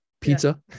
Pizza